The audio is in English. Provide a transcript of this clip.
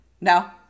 No